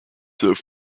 serve